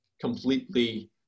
completely